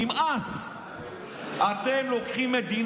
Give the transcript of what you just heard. נמאס לך?